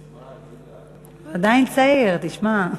כבר מזמן, גילה, הוא עדיין צעיר, תשמע.